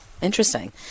interesting